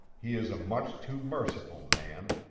he is a much too merciful man.